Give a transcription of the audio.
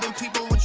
ah people,